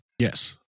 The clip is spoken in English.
Yes